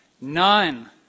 None